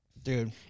Dude